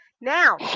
Now